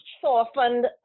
softened